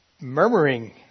murmuring